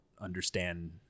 understand